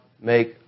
make